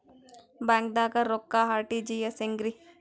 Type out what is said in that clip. ಬ್ಯಾಂಕ್ದಾಗ ರೊಕ್ಕ ಆರ್.ಟಿ.ಜಿ.ಎಸ್ ಹೆಂಗ್ರಿ?